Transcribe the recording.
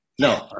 No